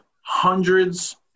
hundreds